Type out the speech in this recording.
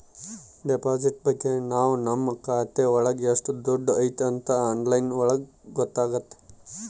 deposit ಬಗ್ಗೆ ನಾವ್ ನಮ್ ಖಾತೆ ಒಳಗ ಎಷ್ಟ್ ದುಡ್ಡು ಐತಿ ಅಂತ ಆನ್ಲೈನ್ ಒಳಗ ಗೊತ್ತಾತತೆ